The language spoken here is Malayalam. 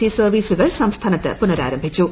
സി സർവ്വീസുകൾ സംസ്ഥാനത്ത് പുനഃരാംരംഭിച്ചു